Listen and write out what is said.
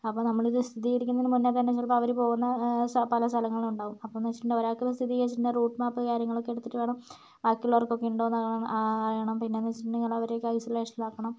അപ്പം നമ്മളിത് സ്ഥിരീകരിക്കുമെന്ന് പറഞ്ഞാൽ തന്നെ ചിലപ്പം അവര് പോകുന്ന സ്ഥ പല സ്ഥലങ്ങളുണ്ടാകും അപ്പന്താന്ന് വച്ചിട്ടുണ്ടെങ്കിൽ ഒരാൾക്കെങ്കിലും സ്ഥിതീകരിച്ചിട്ടുണ്ടെങ്കി റൂട്ട് മാപ്പ് കാര്യങ്ങളക്കെ എടുത്തിട്ട് വേണം ബാക്കിയുള്ളവർക്കൊക്കെ ഉണ്ടോന്നറിയണം അറിയണം പിന്നെന്ന് വച്ചിട്ടുണ്ടെങ്കില് അവരെയൊക്കെ ഐസൊലേഷൻലാക്കണം